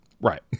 Right